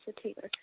আচ্ছা ঠিক আছে